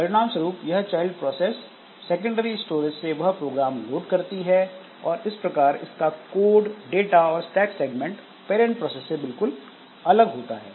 परिणाम स्वरुप यह चाइल्ड प्रोसेस सेकेंडरी स्टोरेज से वह प्रोग्राम लोड करती है और इस प्रकार इसका कोड डाटा और स्टैक सेगमेंट पैरेंट प्रोसेस से बिल्कुल अलग होता है